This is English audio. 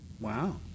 Wow